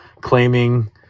claiming